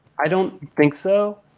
i don't think so.